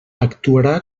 actuarà